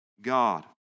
God